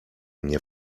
mnie